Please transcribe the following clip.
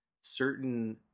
certain